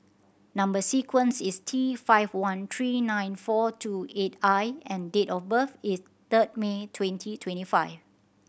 number sequence is T five one three nine four two eight I and date of birth is third May twenty twenty five